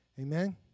Amen